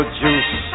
juice